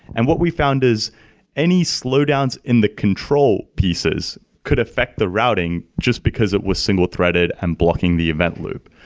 and what we found is any slowdowns in the control pieces could affect the routing just because it was single-threaded and blocking the event loop.